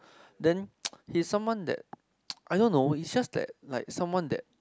then he's someone that I don't know he's just that like someone that